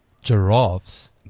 Giraffes